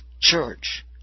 church